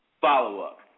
follow-up